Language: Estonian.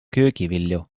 köögivilju